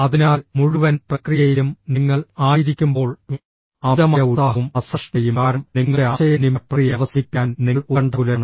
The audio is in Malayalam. അതിനാൽ മുഴുവൻ പ്രക്രിയയിലും നിങ്ങൾ ആയിരിക്കുമ്പോൾ അമിതമായ ഉത്സാഹവും അസഹിഷ്ണുതയും കാരണം നിങ്ങളുടെ ആശയവിനിമയ പ്രക്രിയ അവസാനിപ്പിക്കാൻ നിങ്ങൾ ഉത്കണ്ഠാകുലരാണ്